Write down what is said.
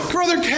Brother